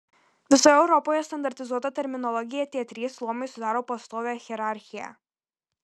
visoje europoje standartizuota terminologija tie trys luomai sudaro pastovią hierarchiją